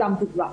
סתם דוגמה.